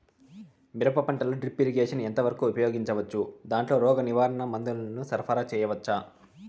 మిరప పంటలో drip irrigation ఎంత వరకు ఉపయోగించవచ్చు, దాంట్లో రోగ నివారణ మందుల ను సరఫరా చేయవచ్చా?